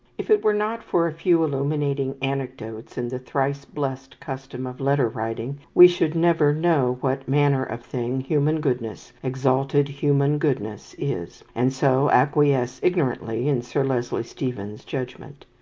if it were not for a few illuminating anecdotes, and the thrice blessed custom of letter writing, we should never know what manner of thing human goodness, exalted human goodness, is and so acquiesce ignorantly in sir leslie stephen's judgment.